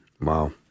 Wow